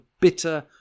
bitter